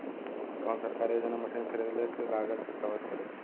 कौन सरकारी योजना मशीन खरीदले के लागत के कवर करीं?